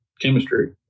chemistry